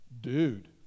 dude